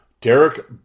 Derek